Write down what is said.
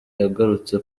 yagarutse